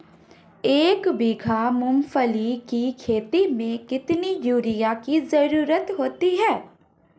एक बीघा मूंगफली की खेती में कितनी यूरिया की ज़रुरत होती है?